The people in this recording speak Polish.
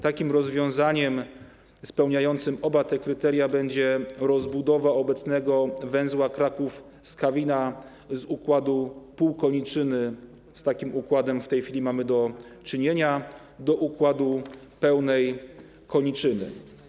Takim rozwiązaniem spełniającym oba te kryteria będzie rozbudowa obecnego węzła Kraków Skawina od układu półkoniczyny, z takim układem w tej chwili mamy do czynienia, do układu pełnej koniczyny.